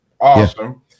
awesome